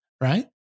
right